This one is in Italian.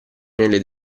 nelle